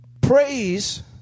Praise